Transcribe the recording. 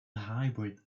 hybrid